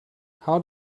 how